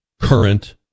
current